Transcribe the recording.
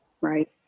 Right